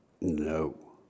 No